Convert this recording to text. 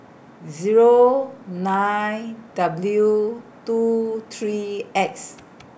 Zero nine W two three X